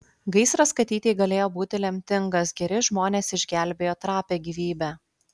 gaisras katytei galėjo būti lemtingas geri žmonės išgelbėjo trapią gyvybę